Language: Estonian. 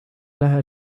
lähe